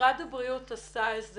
משרד הבריאות עשה איזה